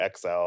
XL